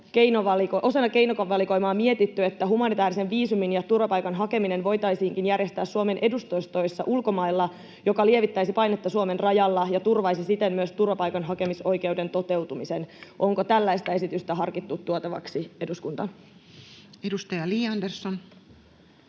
osana keinovalikoimaa mietitty, että humanitäärisen viisumin ja turvapaikan hakeminen voitaisiinkin järjestää Suomen edustustoissa ulkomailla, mikä lievittäisi painetta Suomen rajalla ja turvaisi siten myös turvapaikan hakemisoikeuden toteutumisen. Onko tällaista esitystä harkittu tuotavaksi eduskuntaan? [Speech